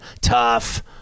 tough